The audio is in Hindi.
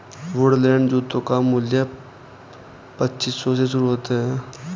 वुडलैंड जूतों का मूल्य पच्चीस सौ से शुरू होता है